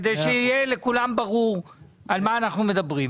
כדי שיהיה לכולם ברור על מה אנחנו מדברים.